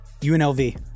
UNLV